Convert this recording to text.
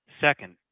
Second